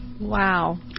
Wow